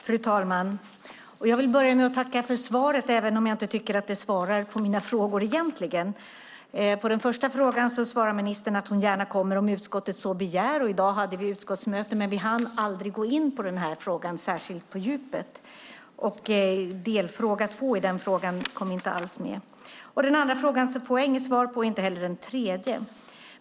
Fru talman! Jag vill börja med att tacka för svaret, även om jag inte tycker att det egentligen svarar på mina frågor. På den första frågan svarar ministern att hon gärna kommer om utskottet så begär. I dag hade vi ett utskottsmöte, men vi hann aldrig gå in på den här frågan särskilt djupt. Delfråga 2 i den frågan kom inte alls med. Den andra frågan får jag inget svar på, liksom inte på den tredje.